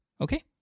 Okay